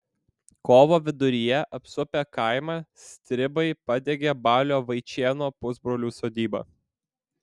kovo viduryje apsupę kaimą stribai padegė balio vaičėno pusbrolių sodybą